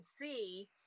see